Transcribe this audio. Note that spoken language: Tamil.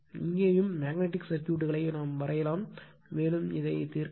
இங்கேயும் மேக்னட்டிக் சர்க்யூட்களை வரையலாம் மேலும் இதைத் தீர்க்கலாம்